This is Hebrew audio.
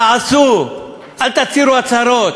תעשו, אל תצהירו הצהרות.